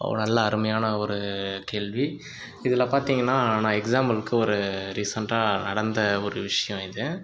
நல்ல அருமையான ஒரு கேள்வி இதில் பார்த்திங்கனா நான் எக்ஸாம்பிளுக்கு ஒரு ரீசண்ட்டாக நடந்த ஒரு விஷயம் இது